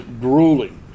grueling